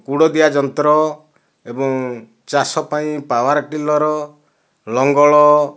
କୁଡ଼ଦିଆ ଯନ୍ତ୍ର ଏବଂ ଚାଷ ପାଇଁ ପାୱାର ଟିଲର ଲଙ୍ଗଳ